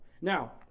Now